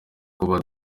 kuba